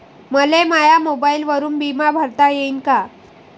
मले माया मोबाईलवरून बिमा भरता येईन का?